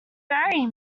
marry